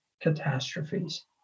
catastrophes